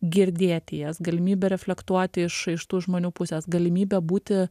girdėti jas galimybė reflektuoti iš iš tų žmonių pusės galimybė būti